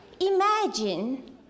imagine